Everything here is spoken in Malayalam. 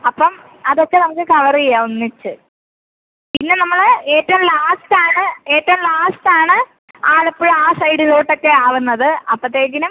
അപ്പം അതൊക്കെ നമുക്ക് കവറ് ചെയ്യാം ഒന്നിച്ച് പിന്നെ നമ്മൾ ഏറ്റവും ലാസ്റ്റ് ആണ് ഏറ്റവും ലാസ്റ്റ് ആണ് ആലപ്പുഴ ആ സൈഡിലോട്ട് ഒക്കെ ആവുന്നത് അപ്പത്തേക്കിനും